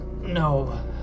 no